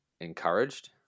encouraged